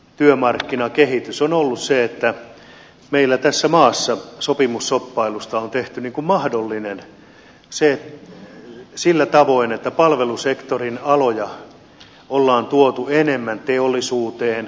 se on ollut se että meillä tässä maassa sopimusshoppailusta on tehty mahdollinen sillä tavoin että palvelusektorin aloja on tuotu enemmän teollisuuteen